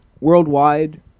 worldwide